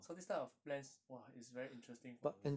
so this type of plans !wah! it's very interesting for me